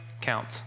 Count